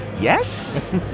Yes